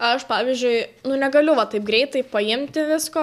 aš pavyzdžiui nu negaliu va taip greitai paimti visko